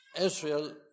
Israel